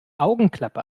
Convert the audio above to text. augenklappe